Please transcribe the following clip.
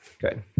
Good